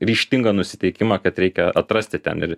ryžtingą nusiteikimą kad reikia atrasti ten ir